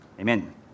Amen